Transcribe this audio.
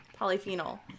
polyphenol